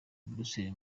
buruseli